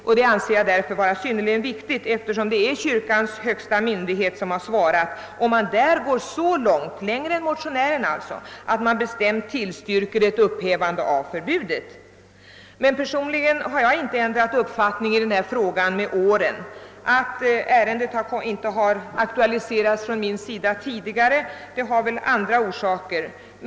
Jag anser detta svar vara synnerligen viktigt, eftersom det är kyrkans högsta myndighet som här har svarat. Domkapitlet går så långt — längre än motionärerna — att man bestämt tillstyrker ett upphävande av förbudet. Personligen har jag inte ändrat uppfattning i den här frågan med åren. Att ärendet inte har aktualiserats tidigare från min sida beror på andra orsaker.